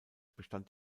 bestand